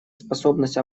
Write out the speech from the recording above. способность